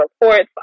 reports